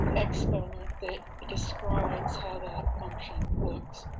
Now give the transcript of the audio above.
exponent that describes how that function looks,